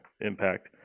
impact